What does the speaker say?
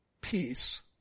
peace